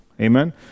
Amen